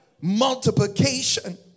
Multiplication